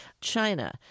China